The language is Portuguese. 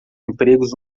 empregos